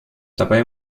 dabei